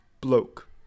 bloke